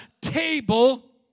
table